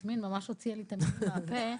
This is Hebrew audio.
יסמין ממש הוציאה לי את המילים מהפה.